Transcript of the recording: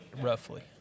roughly